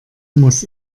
muss